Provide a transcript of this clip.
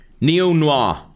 Neo-noir